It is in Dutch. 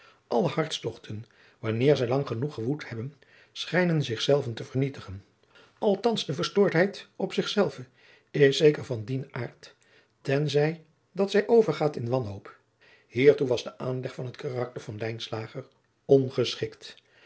alle hartstogten wanneer zij lang genoeg gewoed hebben schijnen zich zelve te vernietigen althans de verstoordheid op zichzelven is zeker van dien aard ten zij dat zij overgaat in wanhoop hiertoe was de aanleg van het karakter van